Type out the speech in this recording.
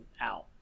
out